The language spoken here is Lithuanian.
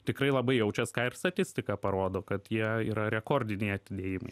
tikrai labai jaučias ką ir statistika parodo kad jie yra rekordiniai atidėjimai